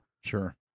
Sure